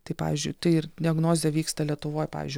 tai pavyzdžiui tai ir diagnozė vyksta lietuvoj pavyzdžiui